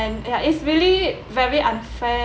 and ya it's really very unfair